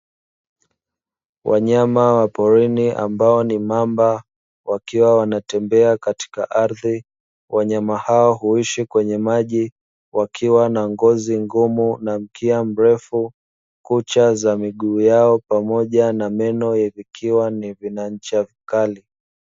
Wanyama wa porini ambao ni mamba wakiwa wanatembea katika ardhi. Wanyama hao huishi kwenye maji wakiwa na ngozi ngumu na mkia mrefu, kucha za miguu yao pamoja na meno vikiwa ni vina ncha kali.